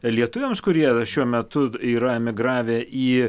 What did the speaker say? lietuviams kurie šiuo metu yra emigravę į